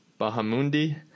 Bahamundi